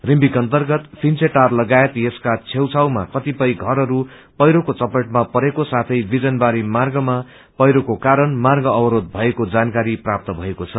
रिभ्विक अन्तर्गत फन्वेटार लगायत यसका छेउछउमा क्रतिपय घरहरू पहिरोको चपेटमा परेको साथै बिजनबारी मार्गमा पहिरोको कारण मार्ग अवरोष भएको जानकारी प्राप्त मएको छ